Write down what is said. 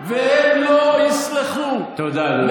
והם לא יסלחו, תודה, אדוני.